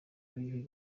yuhi